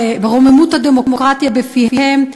ורוממות הדמוקרטיה בפיהם,